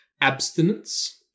abstinence